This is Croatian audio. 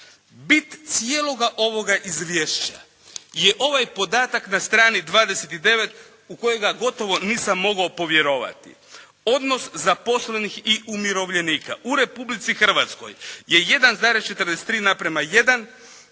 bit cijeloga ovoga izvješća je ovaj podatak na strani 29. u kojega gotovo nisam mogao povjerovati. Odnos zaposlenih i umirovljenika u Republici Hrvatskoj je 1,43 na prema 1,